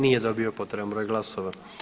Nije dobio potreban broj glasova.